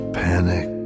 panic